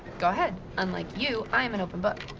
go ahead. unlike you, i am an open book.